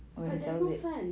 but there's no sun